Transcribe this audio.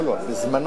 לא, לא, בזמנו.